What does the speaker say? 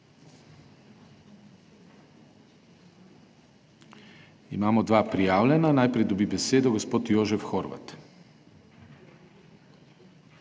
Imamo dva prijavljena. Najprej dobi besedo gospod Jožef Horvat.